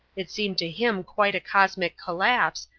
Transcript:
it seemed to him quite a cosmic collapse,